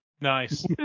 Nice